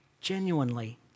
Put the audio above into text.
Genuinely